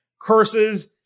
Curses